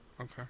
Okay